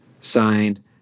Signed